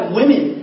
women